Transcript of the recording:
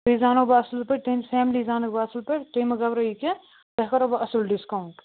تُہۍ زانہو بہٕ اصٕل پٲٹھۍ تُہنٛز فیملی زانَکھ بہٕ اصٕل پٲٹھۍ تُہۍ مہٕ گبھرٲیو کیٚنٛہہ تۄہہِ کَرہو بہٕ اصٕل ڈِسکاونٛٹ